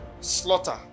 slaughter